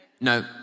no